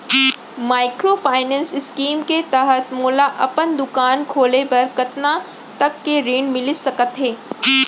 Microfinance scheme के तहत मोला अपन दुकान खोले बर कतना तक के ऋण मिलिस सकत हे?